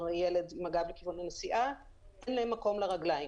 ילד עם הגב לכיוון הנסיעה כי אין להם מקום לרגליים.